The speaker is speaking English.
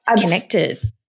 connected